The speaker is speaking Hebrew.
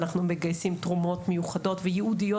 אנחנו מגייסים תרומות מיוחדות וייעודיות